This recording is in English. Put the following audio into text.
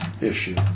issue